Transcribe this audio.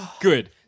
Good